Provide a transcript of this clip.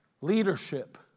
leadership